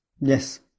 yes